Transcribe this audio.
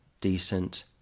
decent